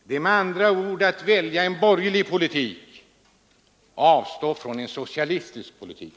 Det är med andra ord att välja en borgerlig politik och avstå från socialistisk politik.